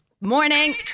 Morning